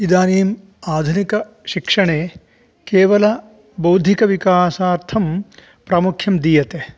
इदानीम् आधुनिकशिक्षणे केवलबौद्धिकविकासार्थं प्रामुख्यं दीयते